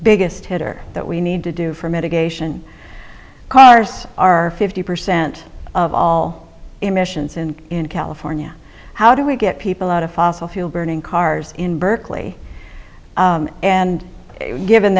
biggest hitter that we need to do for mitigation cars are fifty percent of all emissions in california how do we get people out of fossil fuel burning cars in berkeley and given